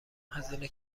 هزینه